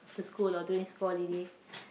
after school or during school holiday